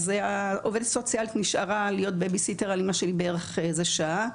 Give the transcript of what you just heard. אז העובדת הסוציאלית נשארה להיות בייביסיטר על אימא שלי בערך שעה.